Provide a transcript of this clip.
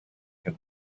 can